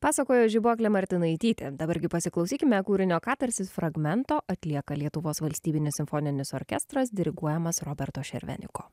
pasakojo žibuoklė martinaitytė dabar gi pasiklausykime kūrinio katarsis fragmento atlieka lietuvos valstybinis simfoninis orkestras diriguojamas roberto šerveniko